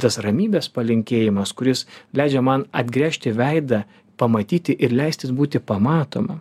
tas ramybės palinkėjimas kuris leidžia man atgręžti veidą pamatyti ir leistis būti pamatomam